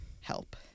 help